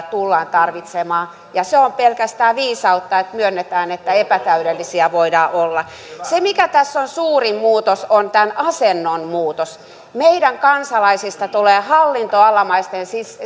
tullaan tarvitsemaan se on pelkästään viisautta että myönnetään että epätäydellisiä voidaan olla se mikä tässä on suurin muutos on tämän asennon muutos meidän kansalaisistamme tulee hallintoalamaisten